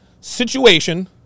situation